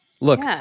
Look